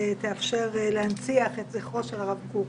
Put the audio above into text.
שתאפשר להנציח את זכרו של הרב קוק,